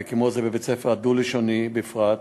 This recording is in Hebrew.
וכמו זו שהייתה בבית-הספר הדו-לשוני בפרט,